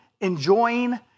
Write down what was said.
enjoying